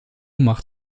macht